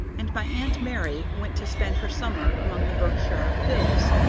and my aunt mary went to spend her summer among the berkshire hills,